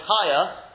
higher